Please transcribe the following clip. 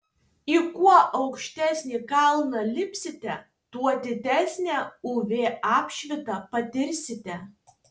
į kuo aukštesnį kalną lipsite tuo didesnę uv apšvitą patirsite